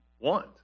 want